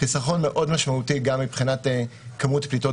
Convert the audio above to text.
חיסכון מאוד משמעותי גם מבחינת כמות פליטות